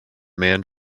man